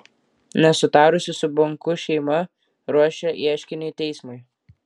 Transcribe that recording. nesutarusi su banku šeima ruošia ieškinį teismui